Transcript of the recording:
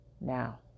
now